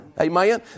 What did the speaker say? Amen